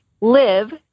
live